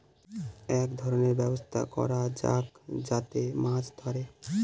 এক ধরনের ব্যবস্থা করা যাক যাতে মাছ ধরে